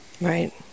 Right